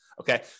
Okay